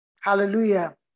Hallelujah